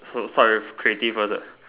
start with creative first ah